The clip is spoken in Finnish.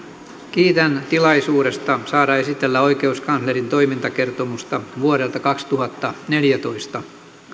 kiitän tilaisuudesta saada esitellä oikeuskanslerin toimintakertomusta vuodelta kaksituhattaneljätoista